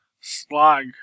slug